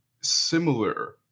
similar